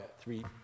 three